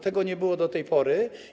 Tego nie było do tej pory.